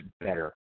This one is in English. better